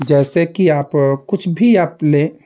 जैसे कि आप कुछ भी आप लें